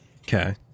okay